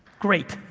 great,